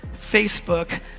Facebook